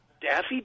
Daffy